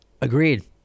Agreed